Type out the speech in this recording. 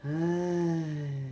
!hais!